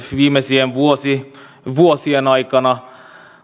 viimeisien vuosien aikana